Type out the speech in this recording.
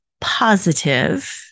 positive